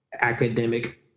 academic